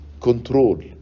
control